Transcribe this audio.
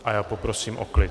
A já poprosím o klid.